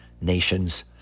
nations